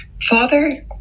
Father